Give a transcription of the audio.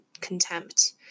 contempt